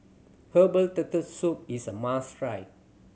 herbal Turtle Soup is a must try